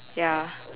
ya